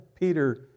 Peter